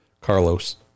Carlos